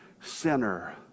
sinner